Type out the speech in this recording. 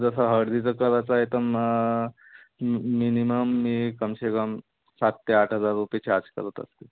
जसं हळदीचं करायचं आहे तर मग मिनिमम मी कमसे कम सात ते आठ हजार रुपये चार्ज करत असते